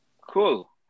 Cool